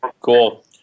cool